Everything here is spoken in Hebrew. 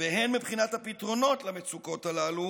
והן מבחינת הפתרונות למצוקות הללו,